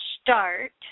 start